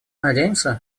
надеемся